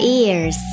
ears